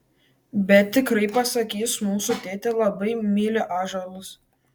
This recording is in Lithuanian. bet tikrai pasakys mūsų tėtė labai myli ąžuolus